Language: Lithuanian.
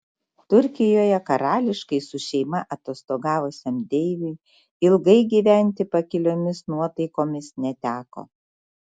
turkijoje karališkai su šeima atostogavusiam deiviui ilgai gyventi pakiliomis nuotaikomis neteko